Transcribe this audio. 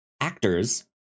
actors